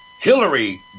Hillary